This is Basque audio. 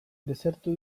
desertu